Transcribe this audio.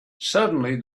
suddenly